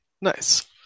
Nice